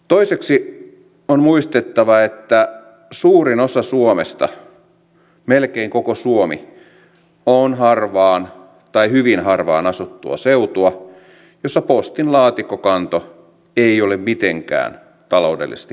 toiseksi on muistettava että suurin osa suomesta melkein koko suomi on harvaan tai hyvin harvaan asuttua seutua jossa postin laatikkokanto ei ole mitenkään taloudellisesti kannattavaa